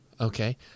Okay